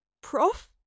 Prof